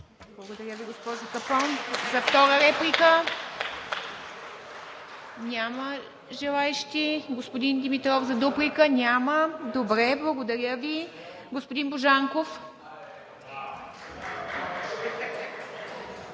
Благодаря Ви, госпожо Капон. Втора реплика? Няма желаещи. Господин Димитров, дуплика? Няма. Добре, благодаря Ви. Господин Божанков.